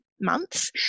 months